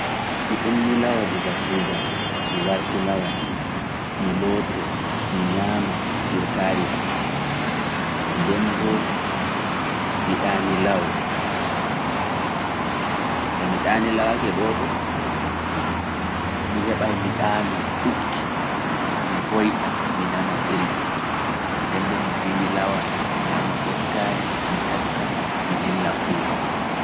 Mi ummilawo daga kuugal, mi wartilawa, mi looto, mi ñaama kirtaari am, nden mboo mi ɗaanilawa. To mi ɗaanilawake ɗoo boo, mi heɓay mi ɗaanoo ɗutki, mi hoyɗa, mi nana belɗum, nden mboo mi finilawa, mi ñaama mbottaari, mi taska, mi dilla kuugal.